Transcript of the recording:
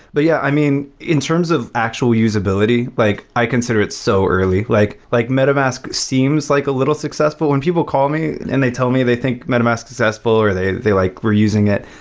but yeah, i mean in terms of actual usability, like i consider it so early. like like metamask seems like a little successful. when people call me and they tell me they think metamask is successful or they they like were using it,